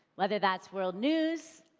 whether that's world news,